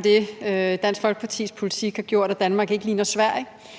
det. Dansk Folkepartis politik har gjort, at Danmark ikke ligner Sverige.